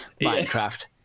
Minecraft